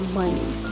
money